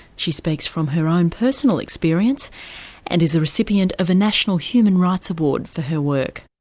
she speaks from her own personal experience and is a recipient of a national human rights award for her work.